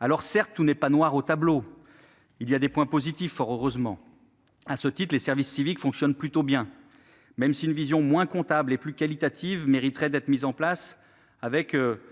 globale. Certes, tout n'est pas noir au tableau ; il y a des points positifs, fort heureusement. Ainsi, les services civiques fonctionnent plutôt bien, même si une vision moins comptable et plus qualitative mériterait d'être mise en place, avec par exemple,